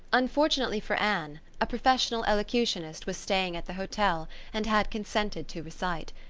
unfortunately for anne, a professional elocutionist was staying at the hotel and had consented to recite.